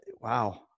wow